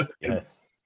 Yes